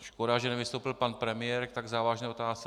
Škoda, že nevystoupil pan premiér k tak závažné otázce.